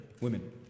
women